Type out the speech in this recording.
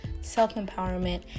self-empowerment